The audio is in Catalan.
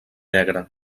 negre